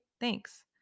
thanks